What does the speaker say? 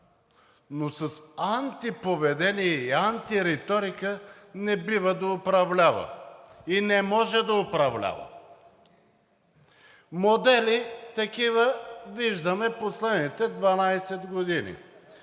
но с антиповедение и антириторика не бива да управлява и не може да управлява. Такива модели виждаме последните 12 години.